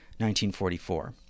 1944